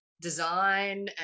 design